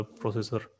processor